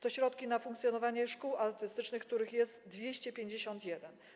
To środki na funkcjonowanie szkół artystycznych, których jest 251.